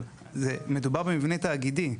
אבל מדובר במבנה תאגידי.